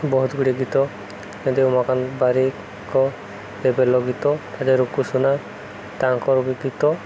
ବହୁତ ଗୁଡ଼ିଏ ଗୀତ ଯେମିତି ଉମାକାନ୍ତ ବାରିକଙ୍କ ଗୀତ ଏବେ ଗୀତ ତା ରୁକୁସୁନା ତାଙ୍କର ବି ଗୀତ